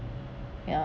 ya